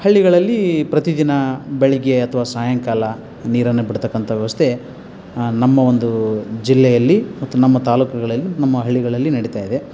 ಹಳ್ಳಿಗಳಲ್ಲಿ ಪ್ರತಿದಿನ ಬೆಳಿಗ್ಗೆ ಅಥವಾ ಸಾಯಂಕಾಲ ನೀರನ್ನು ಬಿಡತಕ್ಕಂಥ ವ್ಯವಸ್ಥೆ ನಮ್ಮ ಒಂದು ಜಿಲ್ಲೆಯಲ್ಲಿ ಮತ್ತು ನಮ್ಮ ತಾಲೂಕುಗಳಲ್ಲಿ ನಮ್ಮ ಹಳ್ಳಿಗಳಲ್ಲಿ ನಡಿತಾಯಿದೆ